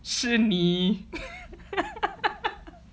是你